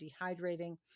dehydrating